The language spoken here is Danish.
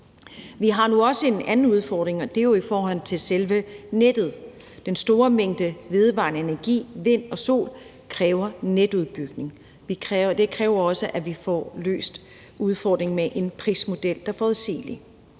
Vi har nu også en anden udfordring, og det er jo i forhold til selve nettet. Den store mængde vedvarende energi fra vind og sol kræver netudbygning. Det kræver også, at vi får løst udfordringen med en prismodel, der er forudsigelig.